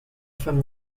from